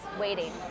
waiting